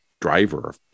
driver